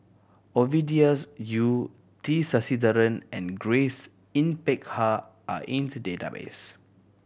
Ovidia's Yu T Sasitharan and Grace Yin Peck Ha are in the database